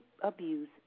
abuse